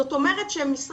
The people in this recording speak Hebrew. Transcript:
זאת אומרת, למעשה